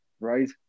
right